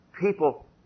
people